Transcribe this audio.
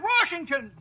Washington